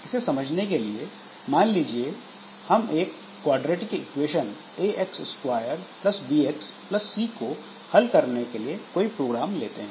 इसे समझने के लिए मान लीजिए हम एक quadratic equation ax2 bx c को हल करने के लिए कोई प्रोग्राम लेते हैं